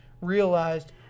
realized